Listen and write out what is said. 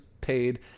paid